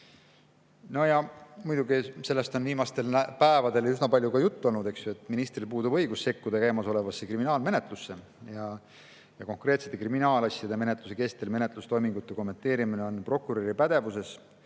muidugi on viimastel päevadel üsna palju juttu olnud, et ministril puudub õigus sekkuda käimasolevasse kriminaalmenetlusse ja et konkreetsete kriminaalasjade menetluse kestel menetlustoimingute kommenteerimine on prokuröri pädevuses.